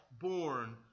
born